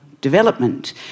Development